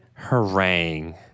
Harang